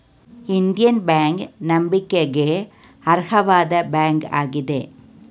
Indian Bank ನಂಬಿಕೆಗೆ ಅರ್ಹವಾದ bank ಆಗಿದೆ